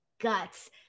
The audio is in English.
guts